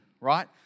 right